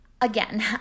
again